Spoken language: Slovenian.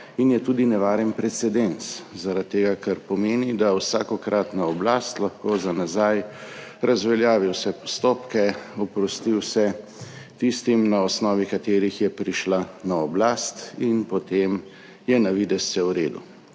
in je tudi nevaren precedens, zaradi tega ker pomeni, da vsakokratna oblast lahko za nazaj razveljavi vse postopke, oprosti vse tistim, na osnovi katerih je prišla na oblast, in potem je na videz vse v redu.